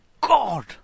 God